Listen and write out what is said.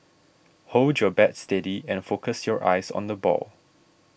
hold your bat steady and focus your eyes on the ball